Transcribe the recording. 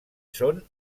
són